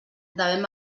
devem